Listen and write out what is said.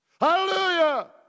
Hallelujah